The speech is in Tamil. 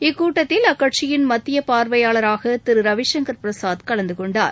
இக்கூட்டத்தில் அக்கட்சியின் மத்திய பார்வையாளராக திரு ரவிசங்கள் பிரசாத் கலந்து கொண்டார்